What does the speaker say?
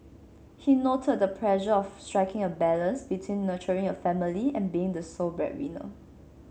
he noted the pressure of striking a balance between nurturing a family and being the sole breadwinner